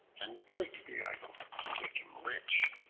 and begged the idol to make him rich,